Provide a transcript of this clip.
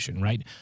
Right